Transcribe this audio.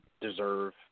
deserve